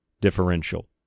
differential